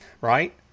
right